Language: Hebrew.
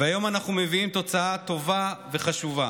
והיום אנחנו מביאים תוצאה טובה וחשובה